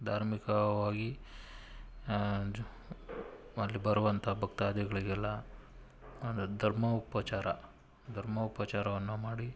ಧಾರ್ಮಿಕವಾಗಿ ಅಲ್ಲಿ ಬರುವಂಥ ಭಕ್ತಾದಿಗಳಿಗೆಲ್ಲ ಒಂದು ಧರ್ಮ ಉಪಚಾರ ಧರ್ಮ ಉಪಚಾರವನ್ನು ಮಾಡಿ